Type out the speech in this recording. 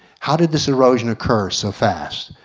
how did this erosion occurs so fast?